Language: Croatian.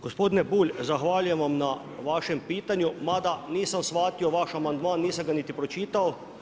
Gospodine Bulj, zahvaljujem vam na vašem pitanju mada nisam shvatio vaš amandman, nisam ga niti pročitao.